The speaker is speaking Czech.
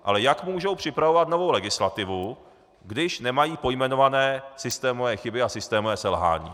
Ale jak mohou připravovat novou legislativu, když nemají pojmenované systémové chyby a systémová selhání?